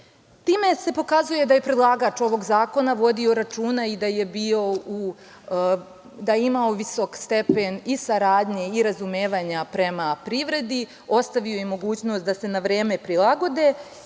se pokazuje da je predlagač ovog zakona vodio računa i da je imao visok stepen i saradnje i razumevanja prema privredi, ostavio je mogućnost da se na vreme prilagode